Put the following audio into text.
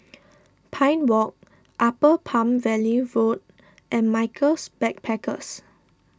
Pine Walk Upper Palm Valley Road and Michaels Backpackers